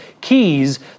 keys